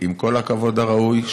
עם כל הכבוד הראוי,